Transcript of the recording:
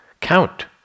count